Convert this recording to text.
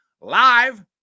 live